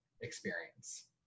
experience